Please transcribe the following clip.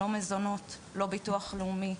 לא מזונות, לא ביטוח לאומי,